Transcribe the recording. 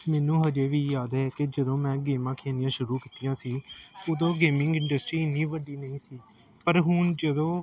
ਮੈਨੂੰ ਹਜੇ ਵੀ ਯਾਦ ਹੈ ਕਿ ਜਦੋਂ ਮੈਂ ਗੇਮਾਂ ਖੇਡਣੀਆਂ ਸ਼ੁਰੂ ਕੀਤੀਆਂ ਸੀ ਉਦੋਂ ਗੇਮਿੰਗ ਇੰਡਸਟਰੀ ਇੰਨੀ ਵੱਡੀ ਨਹੀਂ ਸੀ ਪਰ ਹੁਣ ਜਦੋਂ